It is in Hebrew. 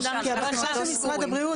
כי הבקשה של משרד הבריאות,